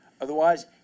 Otherwise